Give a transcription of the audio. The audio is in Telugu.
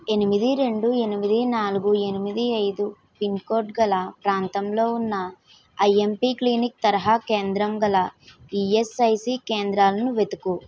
ఎనిమిది రెండు ఎనిమిది నాలుగు ఎనిమిది ఐదు పిన్ కోడ్ గల ప్రాంతంలో ఉన్న ఐఎంపి క్లినిక్ తరహా కేంద్రం గల ఈఎస్ఐసి కేంద్రాలను వెతుకు